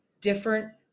different